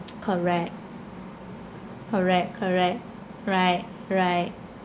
correct correct correct right right